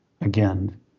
again